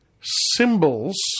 symbols